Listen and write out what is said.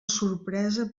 sorpresa